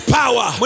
power